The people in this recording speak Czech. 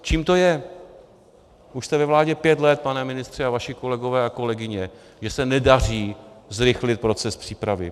Čím to je už jste ve vládě pět let, pane ministře, a vaši kolegové a kolegyně že se nedaří zrychlit proces přípravy?